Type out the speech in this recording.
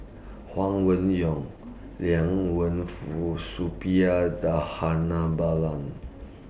Huang Wenhong Liang Wenfu Suppiah Dhanabalan